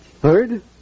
Third